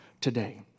today